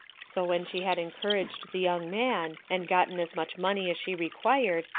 so when she had encouraged the young man, and gotten as much money as she required,